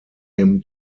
him